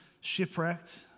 shipwrecked